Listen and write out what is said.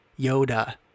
Yoda